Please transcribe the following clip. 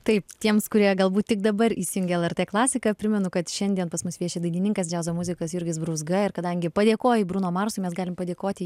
taip tiems kurie galbūt tik dabar įsijungia lrt klasiką primenu kad šiandien pas mus vieši dainininkas džiazo muzikas jurgis brūzga ir kadangi padėkojai bruno marsui mes galim padėkoti